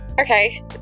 Okay